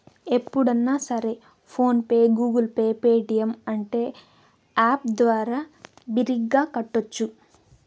ఎప్పుడన్నా సరే PhonePe Google pay Paytm అంటే యాప్ ద్వారా బిరిగ్గా కట్టోచ్చు